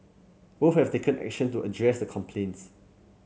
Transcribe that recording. both have taken action to address the complaints